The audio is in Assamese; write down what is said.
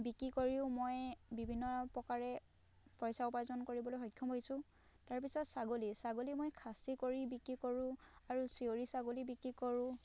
বিক্ৰী কৰিও মই বিভিন্ন প্ৰকাৰে পইচা উপাৰ্জন কৰিবলৈ সক্ষম হৈছোঁ তাৰ পিছত ছাগলী ছাগলী মই খাচী কৰি বিক্ৰী কৰোঁ আৰু চেউৰী ছাগলী বিক্ৰী কৰোঁ